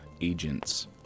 agents